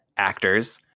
actors